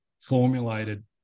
formulated